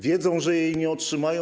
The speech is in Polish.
Wiedzą, że jej nie otrzymają.